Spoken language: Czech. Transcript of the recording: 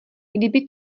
kdyby